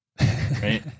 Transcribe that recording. Right